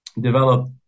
develop